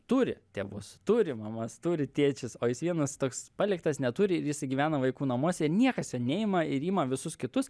turi tėvus turi mamas turi tėčius o jis vienas toks paliktas neturi ir jis gyvena vaikų namuose niekas jo neima ir ima visus kitus